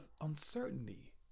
uncertainty